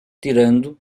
tirando